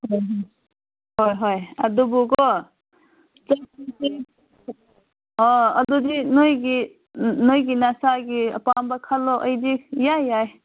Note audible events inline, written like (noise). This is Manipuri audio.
(unintelligible) ꯍꯣꯏ ꯍꯣꯏ ꯑꯗꯨꯕꯨꯀꯣ (unintelligible) ꯑꯣ ꯑꯗꯨꯗꯤ ꯅꯣꯏꯒꯤ ꯅꯣꯏꯒꯤ ꯅꯁꯥꯒꯤ ꯑꯄꯥꯝꯕ ꯈꯜꯂꯣ ꯑꯩꯗꯤ ꯏꯌꯥ ꯌꯥꯏ